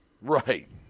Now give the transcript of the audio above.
Right